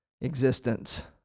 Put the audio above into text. existence